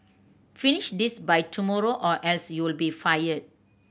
finish this by tomorrow or else you'll be fired